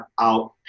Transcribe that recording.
out